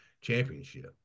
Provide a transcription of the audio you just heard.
championship